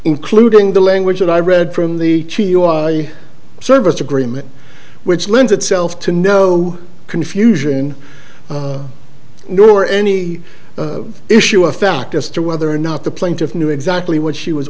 including the language that i read from the service agreement which lends itself to no confusion nor any issue of fact as to whether or not the plaintiff knew exactly what she was